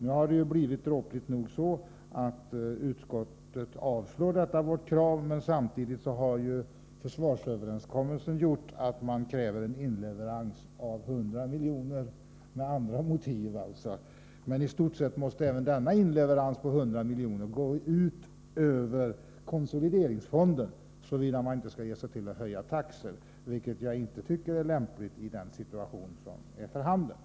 Utskottet avstyrker vårt yrkande, men dråpligt nog har det blivit på det sättet att försvarsöverenskommelsen har gjort att man kräver inleverans från televerket av 100 milj.kr. —- med andra motiv än dem vi har anfört. Men också denna inleverans av 100 milj.kr. måste i stort sett gå ut över konsolideringsfonden — såvida man inte skall ge sig på att höja taxor, vilket jag inte tycker är lämpligt i den situation som är för handen.